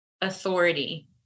authority